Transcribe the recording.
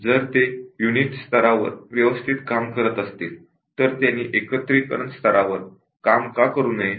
जर ते units unit level वर व्यवस्थित काम करत असतील तर त्यांनी इंटिग्रेशन लेवल वर काम का करू नये